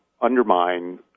undermine